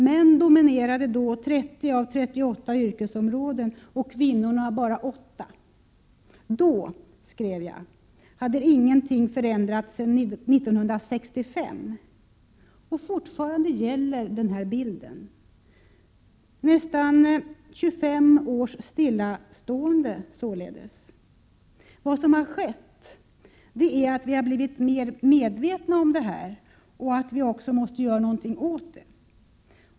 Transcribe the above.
Män dominerade då 30 av 38 yrkesområden, kvinnorna bara 8. Då, skrev jag, hade ingenting förändrats sedan 1965. Fortfarande gäller den här bilden — således nästan 25 års stillastående! Vad som skett är att vi har blivit mer medvetna om detta förhållande och om att vi också måste göra någonting åt det.